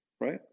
right